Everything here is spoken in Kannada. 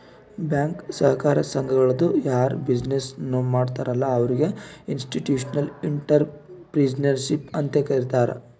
ಬ್ಯಾಂಕ್, ಸಹಕಾರ ಸಂಘಗಳದು ಯಾರ್ ಬಿಸಿನ್ನೆಸ್ ಮಾಡ್ತಾರ ಅಲ್ಲಾ ಅವ್ರಿಗ ಇನ್ಸ್ಟಿಟ್ಯೂಷನಲ್ ಇಂಟ್ರಪ್ರಿನರ್ಶಿಪ್ ಅಂತೆ ಕರಿತಾರ್